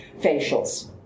facials